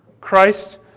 Christ